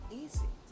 easy